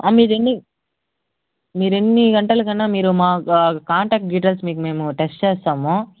మీదెన్ని మీరేన్ని గంటలకన్నా మీరు మా కాంటాక్ట్ డీటెయిల్స్ మీకు మేము టెక్స్ట్ చేస్తాము